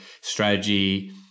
strategy